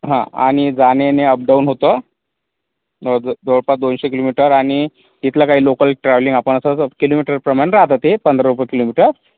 हां आणि जाणे येणे अप डाउन होतं ज जवळपास दोनशे किलोमीटर आणि तिथलं काय लोकल ट्रॅव्हलिंग आपण असं ज किलोमीटरप्रमाणे राहतं ते पंधरा रुपये किलोमीटर